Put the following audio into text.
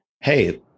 Hey